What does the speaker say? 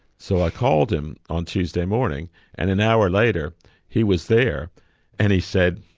so i called him on tuesday morning and an hour later he was there and he said,